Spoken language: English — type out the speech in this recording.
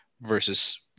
versus